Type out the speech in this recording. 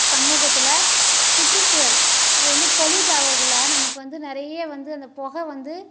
சமூகத்தில் சுற்றுசூழல் அதுவந்து பொலியூட் ஆகக்குள்ளே நமக்கு வந்து நிறைய வந்து அந்த புக வந்து